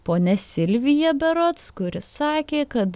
ponia silvija berods kuri sakė kad